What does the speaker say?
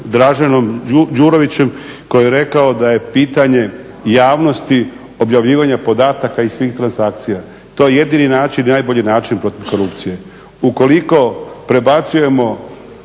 Draženom Đurovićem koji je rekao da je pitanje javnosti objavljivanja podataka i svih transakcija. To je jedini način, najbolji način protiv korupcije. Ukoliko prebacujemo